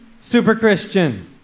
super-Christian